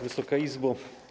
Wysoka Izbo!